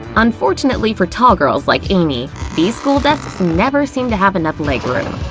unfortunately for tall girls like amy, these school desks never seem to have enough leg room.